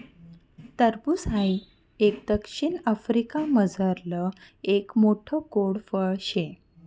टरबूज हाई एक दक्षिण आफ्रिकामझारलं एक मोठ्ठ गोड फळ शे